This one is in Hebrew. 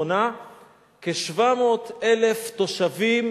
מונה כ-700,000 תושבים,